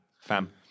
fam